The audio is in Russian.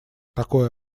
такое